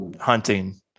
hunting